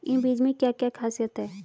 इन बीज में क्या क्या ख़ासियत है?